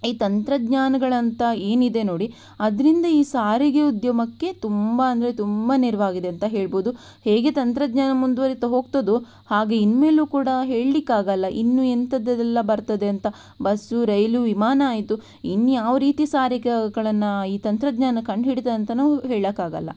ಈ ತಂತ್ರಜ್ಞಾನಗಳಂತ ಏನಿದೆ ನೋಡಿ ಅದರಿಂದ ಈ ಸಾರಿಗೆ ಉದ್ಯಮಕ್ಕೆ ತುಂಬ ಅಂದರೆ ತುಂಬ ನೆರವಾಗಿದೆ ಅಂತ ಹೇಳಬಹುದು ಹೇಗೆ ತಂತ್ರಜ್ಞಾನ ಮುಂದುವರೀತಾ ಹೋಗ್ತದೋ ಹಾಗೆ ಇನ್ನು ಮೇಲೂ ಕೂಡ ಹೇಳಲಿಕ್ಕೆ ಆಗಲ್ಲ ಇನ್ನೂ ಎಂಥದೆಲ್ಲ ಬರ್ತದೆ ಅಂತ ಬಸ್ ರೈಲ್ ವಿಮಾನ ಆಯಿತು ಇನ್ಯಾವ ರೀತಿ ಸಾರಿಗೆಗಳನ್ನು ಈ ತಂತ್ರಜ್ಞಾನ ಕಂಡ್ಹಿಡೀತದಂತ ನಾವು ಹೇಳೋಕ್ಕಾಗಲ್ಲ